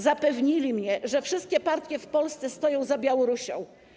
Zapewnili mnie, że wszystkie partie w Polsce stoją za Białorusią.